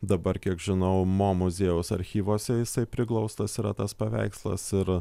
dabar kiek žinau mo muziejaus archyvuose jisai priglaustas yra tas paveikslas ir